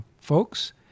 folks